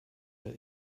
der